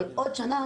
אבל עוד שנה,